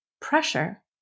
pressure